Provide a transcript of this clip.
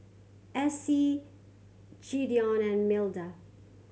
Essie Gideon and Milda